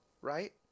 right